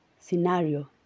scenario